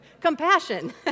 Compassion